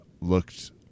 looked